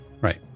Right